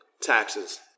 taxes